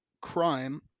crime